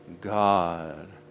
God